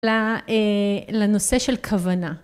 לנושא של כוונה.